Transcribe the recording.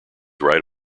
right